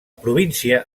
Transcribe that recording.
província